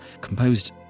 composed